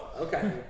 Okay